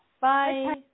Bye